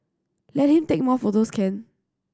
let him take more photos can